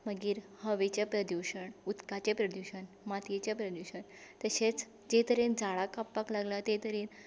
मागीर हवेचें प्रद्युशण उदकाचें प्रद्युशण मातयेचें प्रद्युशण तशेंच जे तरेन झाडां काक लागला ते तरेन